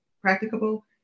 practicable